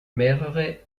mehrere